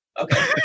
Okay